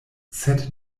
sed